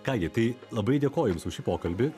ką gi tai labai dėkoju jums už šį pokalbį